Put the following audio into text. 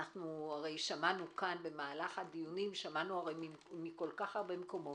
הרי שמענו כאן במהלך הדיונים מכל כך הרבה מקומות.